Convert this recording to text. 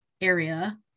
area